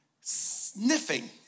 sniffing